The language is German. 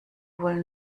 wohl